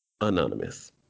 Anonymous